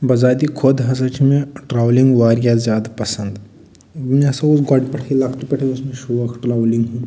بذاتہِ خۄد ہَسا چھِ مےٚ ٹرٛاولِنٛگ واریاہ زیادٕ پَسَنٛد مےٚ ہَسا اوس گۄڈٕ پٮ۪ٹھٕے لۅکٹہِ پٮ۪ٹھٕے اوس مےٚ شوق ٹرٛاولِنٛگ ہُنٛد